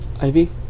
Ivy